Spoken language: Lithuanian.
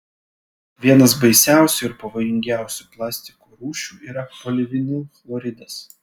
vienas baisiausių ir pavojingiausių plastiko rūšių yra polivinilchloridas